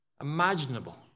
imaginable